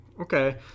Okay